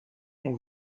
ont